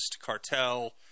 cartel